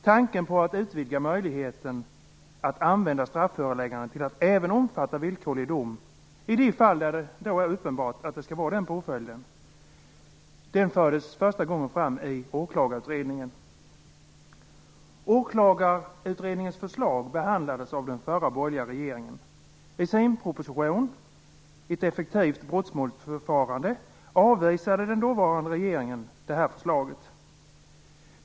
Tanken på att utvidga möjligheten att använda strafföreläggande till att även omfatta villkorlig dom i de fall då det är uppenbart att det skall vara den påföljden, fördes fram för första gången i åklagarutredningen. Åklagarutredningens förslag behandlades av den förra borgerliga regeringen. I sin proposition Ett effektivare brottmålsförfarande avvisade den dåvarande regeringen det här förslaget.